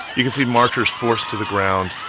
you can see marchers forced to the ground,